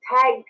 tag